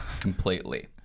completely